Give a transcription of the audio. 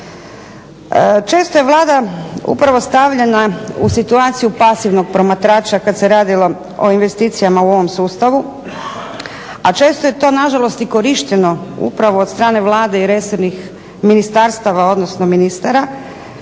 Često je Vlada upravo stavljena u situaciju pasivnog promatrača kad se radilo o investicijama u ovom sustavu, a često je to nažalost i korišteno upravo od strane Vlade i resornih ministarstava, odnosno ministara